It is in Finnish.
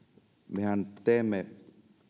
mehän teemme